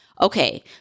Okay